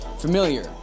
familiar